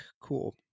cool